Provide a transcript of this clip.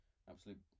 absolute